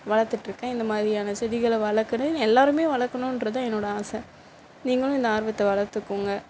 வளர்த்துட்ருக்கேன் இந்த மாதிரியான செடிகளை வளர்க்குறேன் எல்லாருமே வளர்க்கணுன்றதுதான் என்னோடய ஆசை நீங்களும் இந்த ஆர்வத்தை வளர்த்துக்கோங்க